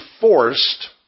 forced